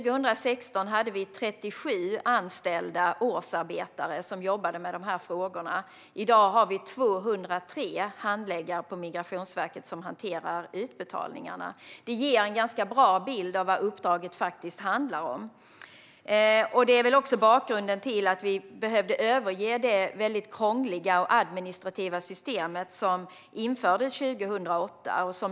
År 2016 fanns 37 anställda årsarbetare som jobbade med dessa frågor. I dag finns det på Migrationsverket 203 handläggare som hanterar utbetalningarna. Detta ger en ganska bra bild av vad uppdraget handlar om. Det här är också bakgrunden till att vi behövde överge det väldigt krångliga och administrativa system som infördes 2008.